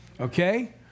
Okay